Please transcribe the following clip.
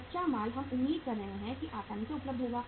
कच्चा माल हम उम्मीद कर रहे हैं कि यह आसानी से उपलब्ध होगा